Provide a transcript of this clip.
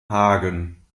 hagen